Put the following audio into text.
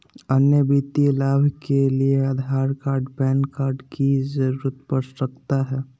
अन्य वित्तीय लाभ के लिए आधार कार्ड पैन कार्ड की जरूरत पड़ सकता है?